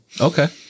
Okay